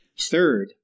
Third